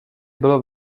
bylo